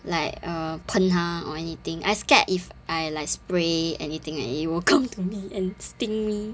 like err 喷它 or anything I scared if I like spray anything at it it will come to me and sting me